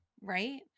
Right